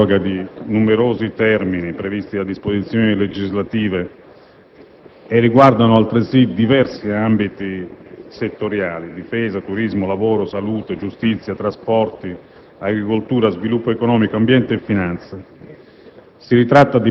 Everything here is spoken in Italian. la proroga di numerosi termini previsti da disposizioni legislative, con riferimento altresì a diversi ambiti settoriali (difesa, turismo, lavoro, salute, giustizia, trasporti, agricoltura, sviluppo economico, ambiente e finanze).